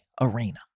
arena